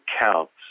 counts